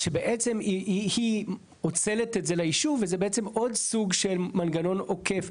שבעצם היא אוצלת את זה לישוב וזה בעצם עוד סוג של מנגנון עוקף.